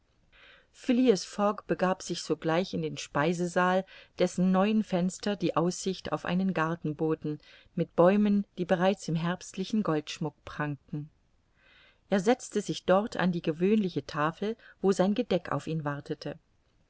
fogg begab sich sogleich in den speisesaal dessen neun fenster die aussicht auf einen garten boten mit bäumen die bereits im herbstlichen goldschmuck prangten er setzte sich dort an die gewöhnliche tafel wo sein gedeck auf ihn wartete